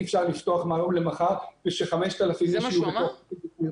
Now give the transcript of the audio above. אי אפשר לפתוח מהיום למחר וש-5,000 אנשים יהיו בפנים.